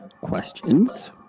questions